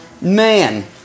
man